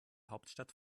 hauptstadt